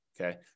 Okay